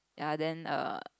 ya then err